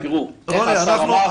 איך השר אמר?